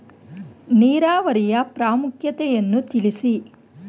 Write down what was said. ನೀರಾವರಿಯ ಪ್ರಾಮುಖ್ಯತೆ ಯನ್ನು ತಿಳಿಸಿ?